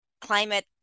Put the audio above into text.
Climate